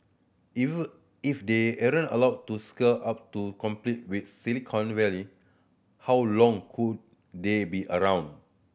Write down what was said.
if they allowed to scale up to compete with Silicon Valley how long could they be around